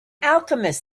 alchemist